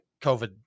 covid